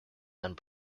and